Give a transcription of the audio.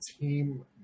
team